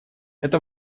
это